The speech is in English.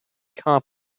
cop